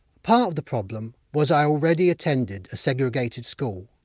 part of the problem was i already attended a segregated school,